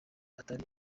atari